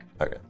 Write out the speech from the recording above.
Okay